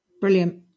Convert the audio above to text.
brilliant